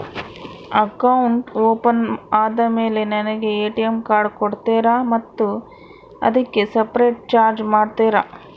Account open ಆದಮೇಲೆ ನನಗೆ ATM card ಕೊಡ್ತೇರಾ ಮತ್ತು ಅದಕ್ಕೆ ಸಪರೇಟ್ ಚಾರ್ಜ್ ಮಾಡ್ತೇರಾ?